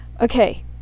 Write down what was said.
okay